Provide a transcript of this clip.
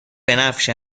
بنفش